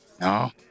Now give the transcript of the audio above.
No